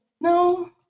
No